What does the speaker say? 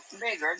bigger